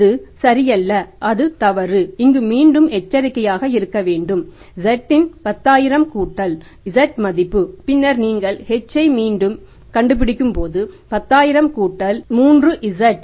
அது சரியல்ல அது தவறு இங்கு மீண்டும் எச்சரிக்கையாக இருக்க வேண்டும் z இன் 10000 கூட்டல் z மதிப்பு பின்னர் நீங்கள் h ஐ மீண்டும் கணக்கிடும்போது 10000 கூட்டல் 3z